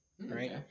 right